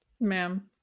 Ma'am